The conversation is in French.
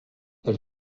elle